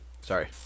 Sorry